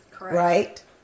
right